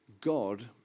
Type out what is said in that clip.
God